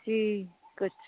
কী করছ